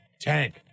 tank